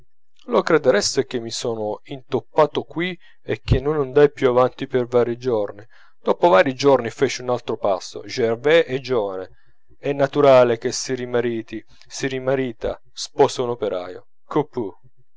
lo credereste che mi sono intoppato qui e che non andai più avanti per vari giorni dopo vari giorni feci un altro passo gervaise è giovane è naturale che si rimariti si rimarita sposa un operaio